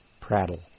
prattle